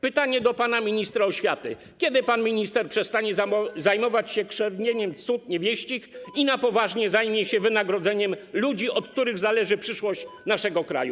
Pytanie do pana ministra oświaty: Kiedy pan minister przestanie zajmować się krzewieniem cnót niewieścich i na poważnie zajmie się wynagrodzeniem ludzi, od których zależy przyszłość naszego kraju?